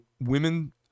women